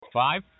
Five